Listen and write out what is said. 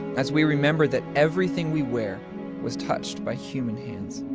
as we remember that everything we wear was touched by human hands?